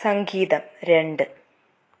സംഗീതം രണ്ട്